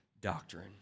doctrine